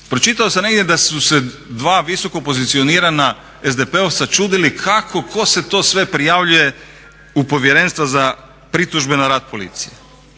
Pročitao sam negdje da su se dva visoko pozicionirana SDP-ovca čudili kako, tko se to sve prijavljuje u povjerenstva za pritužbe na rad policije.